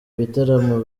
bitaramo